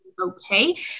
okay